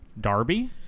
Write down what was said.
Darby